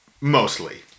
Mostly